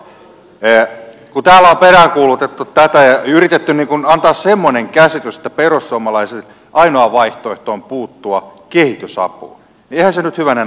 kun täällä on peräänkuulutettu tätä ja yritetty antaa semmoinen käsitys että perussuomalaisille ainoa vaihtoehto on puuttua kehitysapuun niin eihän se nyt hyvänen aika näin ole